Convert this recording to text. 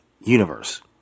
universe